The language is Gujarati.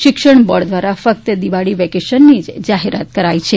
શિક્ષણ બોર્ડ દ્વારા ફક્ત દિવાળી વેકેશનની જાહેરાત કરાઈ છે